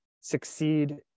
succeed